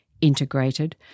integrated